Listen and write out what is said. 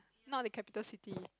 not the capital city